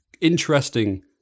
interesting